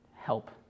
help